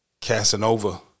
Casanova